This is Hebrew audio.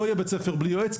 לא יהיה בית ספר בלי יועץ,